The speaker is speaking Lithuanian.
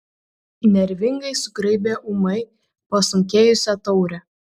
nervingai sugraibė ūmai pasunkėjusią taurę